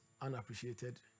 unappreciated